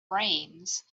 brains